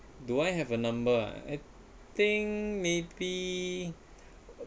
do I have a number ah think maybe